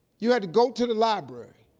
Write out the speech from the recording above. you had to go to the library,